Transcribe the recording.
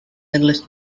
endless